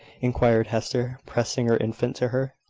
inquired hester, pressing her infant to her.